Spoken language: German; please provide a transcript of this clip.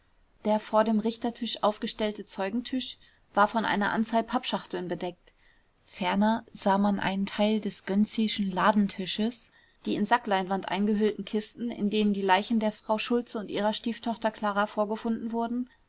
der vor dem richtertisch aufgestellte zeugentisch war von einer anzahl pappschachteln bedeckt ferner sah man einen teil des gönczischen ladentisches die in sackleinwand eingehüllten kisten in denen die leichen der frau schultze und ihrer stieftochter klara vorgefunden wurden